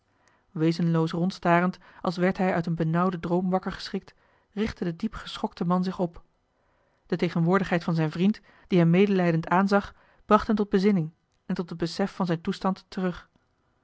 wezenloos rondstarend als werd hij uit een benauwden droom wakker geschrikt richtte de diep geschokte man zich op eli heimans willem roda de tegenwoordigheid van zijn vriend die hem medelijdend aanzag bracht hem tot bezinning en tot het besef van zijn toestand terug